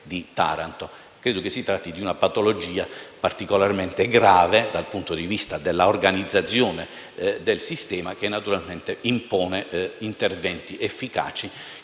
di Taranto. Credo si tratti di una patologia particolarmente grave dal punto di vista dell'organizzazione del sistema che naturalmente impone interventi efficaci